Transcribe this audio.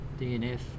DNF